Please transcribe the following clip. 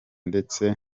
ndetse